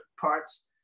parts